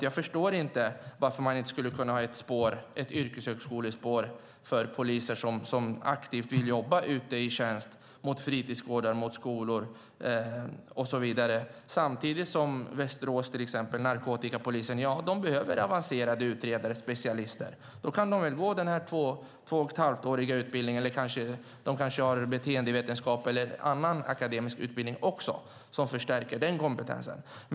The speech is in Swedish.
Jag förstår inte varför man inte skulle kunna ha ett yrkeshögskolespår för poliser som aktivt vill jobba ute i tjänst på fritidsgårdar, skolor och så vidare, samtidigt som till exempel narkotikapolisen i Västerås behöver avancerade utredare och specialister. Då kan de väl gå den här två och ett halvt-åriga utbildningen, eller så har de kanske läst beteendevetenskap eller någon annan akademisk utbildning som förstärker den kompetensen.